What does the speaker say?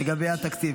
לגבי התקציב.